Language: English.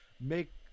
make